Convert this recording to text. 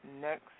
Next